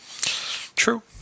True